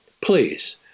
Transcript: please